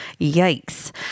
Yikes